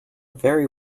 very